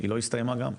היא לא הסתיימה גם.